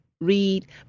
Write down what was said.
read